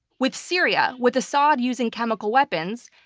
with syria, with assad using chemical weapons,